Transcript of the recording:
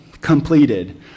completed